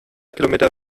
kilometer